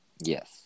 Yes